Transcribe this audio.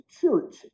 church